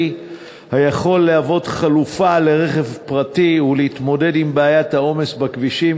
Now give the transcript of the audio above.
היכול להוות חלופה לרכב פרטי ולהתמודד עם בעיית העומס בכבישים,